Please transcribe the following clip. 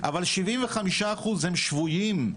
אבל 75% הם שבוים,